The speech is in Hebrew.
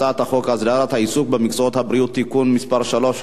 הצעת חוק הסדרת העיסוק במקצועות הבריאות (תיקון מס' 3),